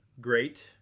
great